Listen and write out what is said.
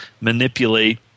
manipulate